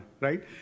right